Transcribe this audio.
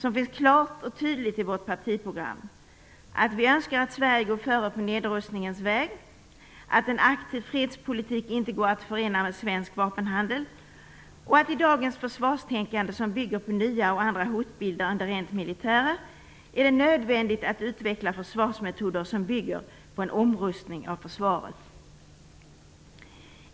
Vi säger klart och tydligt i vårt partiprogram att vi önskar att Sverige går före på nedrustningens väg, att en aktiv fredspolitik inte går att förena med svensk vapenhandel och att det i dagens försvarstänkande, som bygger på nya och andra hotbilder än de rent militära, är nödvändigt att utveckla försvarsmetoder som bygger på en omrustning av försvaret.